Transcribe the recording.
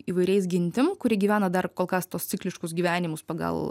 įvairiais gentim kuri gyvena dar kol kas tuos cikliškus gyvenimus pagal